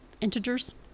integers